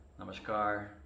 namaskar